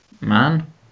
Man